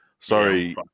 Sorry